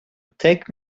take